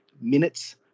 minutes